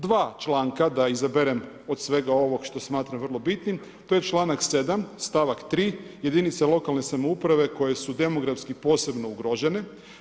Dva članka da izaberem od svega ovog što smatram vrlo bitnim, to je članak 7. stavak 3. jedinice lokalne samouprave koje su demografski posebno ugrožene.